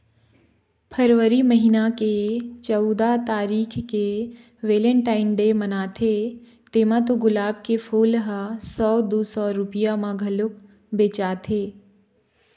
फरवरी महिना के चउदा तारीख के वेलेनटाइन डे मनाथे तेमा तो गुलाब के फूल ह सौ दू सौ रूपिया म घलोक बेचाथे